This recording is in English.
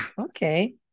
Okay